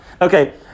Okay